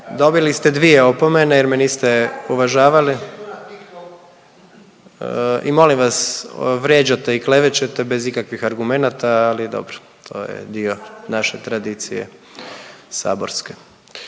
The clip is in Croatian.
Dobili ste dvije opomene jer me niste uvažavali. .../Upadica se ne čuje./... I molim vas, vrijeđate i klevećete bez ikakvih argumenata, ali dobro. To je dio naše tradicije saborske.